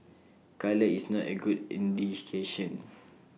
colour is not A good indication